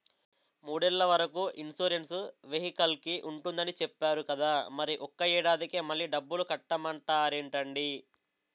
మూడేళ్ల వరకు ఇన్సురెన్సు వెహికల్కి ఉంటుందని చెప్పేరు కదా మరి ఒక్క ఏడాదికే మళ్ళి డబ్బులు కట్టమంటారేంటండీ?